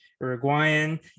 Uruguayan